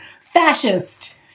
fascist